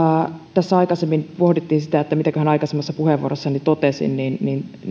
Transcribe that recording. tässä aikaisemmin pohdittiin sitä että mitäköhän aikaisemmassa puheenvuorossani totesin niin niin